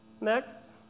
Next